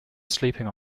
sleeping